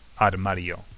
Armario